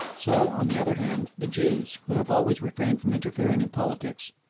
so, on the other hand, the jews, who have always refrained from interfering in politics,